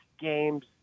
games